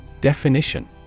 Definition